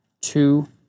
two